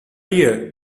year